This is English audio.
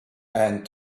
and